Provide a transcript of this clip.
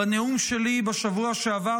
בנאום שלי בשבוע שעבר,